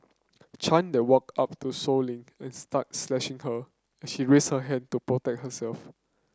Chan then walked up to Sow Lin and started slashing her as she raised her hand to protect herself